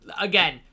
again